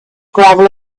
gravel